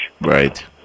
Right